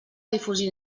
difusió